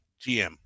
gm